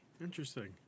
Interesting